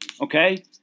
okay